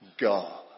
God